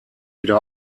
wieder